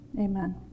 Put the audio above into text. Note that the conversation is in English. amen